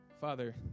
Father